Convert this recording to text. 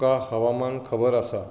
तुका हवामान खबर आसा